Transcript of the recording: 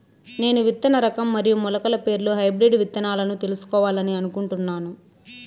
నేను విత్తన రకం మరియు మొలకల పేర్లు హైబ్రిడ్ విత్తనాలను తెలుసుకోవాలని అనుకుంటున్నాను?